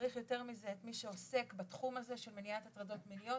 צריך יותר מזה את מי שעוסק בתחום של מניעת הטרדות מיניות,